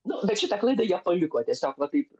nu bet šitą klaidą jie paliko tiesiog va taip